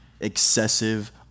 excessive